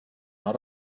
out